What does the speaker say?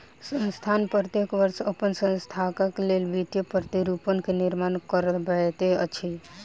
संस्थान प्रत्येक वर्ष अपन संस्थानक लेल वित्तीय प्रतिरूपण के निर्माण करबैत अछि